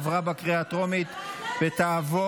עברה בקריאה הטרומית ותעבור,